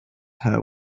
her